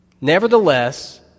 Nevertheless